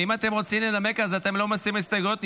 אם אתם רוצים לנמק אז אתם לא מסירים הסתייגויות.